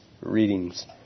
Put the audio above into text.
readings